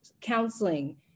counseling